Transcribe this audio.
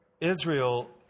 Israel